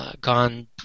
gone